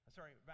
sorry